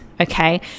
Okay